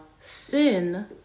sin